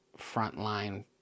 frontline